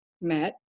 met